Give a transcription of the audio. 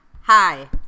Hi